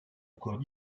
encore